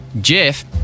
Jeff